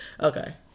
Okay